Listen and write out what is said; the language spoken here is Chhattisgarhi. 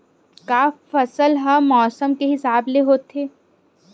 का फसल ह मौसम के हिसाब म होथे?